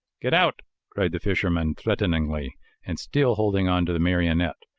get out! cried the fisherman threateningly and still holding onto the marionette,